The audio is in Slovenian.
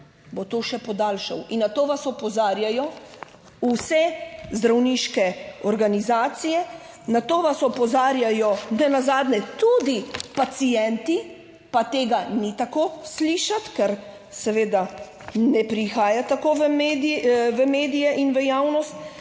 bo to še podaljšal. In na to vas opozarjajo vse zdravniške organizacije, na to vas opozarjajo ne nazadnje tudi pacienti. Pa tega ni tako slišati, ker seveda ne prihaja tako v medije in v javnost,